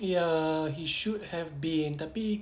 ya he should have been tapi